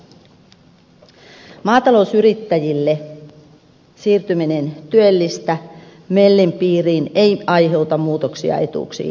maatalousyrittäjille siirtyminen tyelistä myelin piiriin ei aiheuta muutoksia etuuksiin